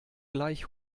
gleich